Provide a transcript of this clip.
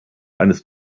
eines